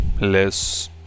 less